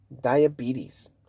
Diabetes